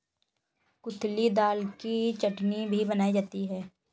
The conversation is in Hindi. कुल्थी दाल की चटनी भी बनाई जाती है